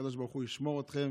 שהקדוש ברוך הוא ישמור אתכם.